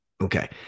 Okay